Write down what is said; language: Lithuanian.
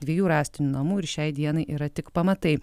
dviejų rąstinių namų ir šiai dienai yra tik pamatai